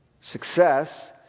success